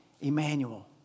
Emmanuel